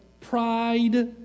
pride